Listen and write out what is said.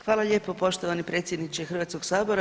Hvala lijepo poštovani predsjedniče Hrvatskog sabora.